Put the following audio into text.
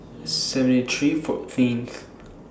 seventy three fourteenth